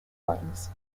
claims